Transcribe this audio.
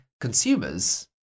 consumers